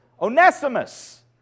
Onesimus